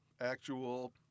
actual